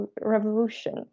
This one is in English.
revolution